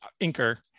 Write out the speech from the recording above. inker